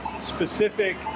specific